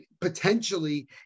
potentially